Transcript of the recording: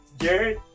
jared